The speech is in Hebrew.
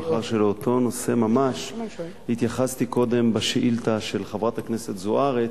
מאחר שלאותו נושא ממש התייחסתי קודם בשאילתא של חברת הכנסת זוארץ,